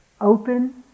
open